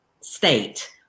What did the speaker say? state